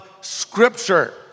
Scripture